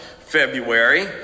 February